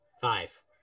Five